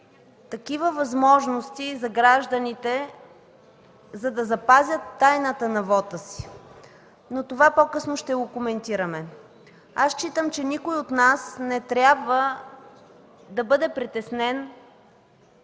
такива възможности за гражданите, за да запазят тайната на вота си. Но това по-късно ще коментираме. Аз считам, че никой от нас не трябва да бъде притеснен